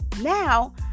Now